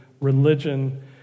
religion